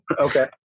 okay